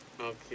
Okay